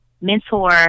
mentor